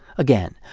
again,